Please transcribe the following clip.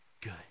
good